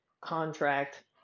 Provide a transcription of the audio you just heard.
contract